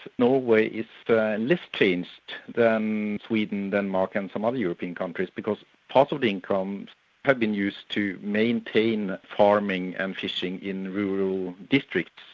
norway is less changed than sweden, denmark and some other european countries because part of the income has been used to maintain farming and fishing in rural districts,